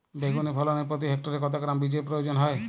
বেগুন ফলনে প্রতি হেক্টরে কত গ্রাম বীজের প্রয়োজন হয়?